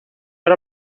era